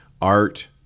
Art